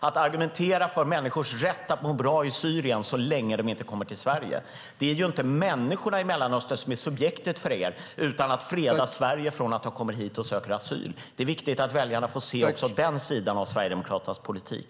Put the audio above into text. Ni argumenterar för människors rätt att må bra i Syrien så länge de inte kommer till Sverige. Det är inte människorna i Mellanöstern som är subjektet för er utan att freda Sverige från att de kommer hit och söker asyl. Det är viktigt att väljarna får se också den sidan av Sverigedemokraternas politik.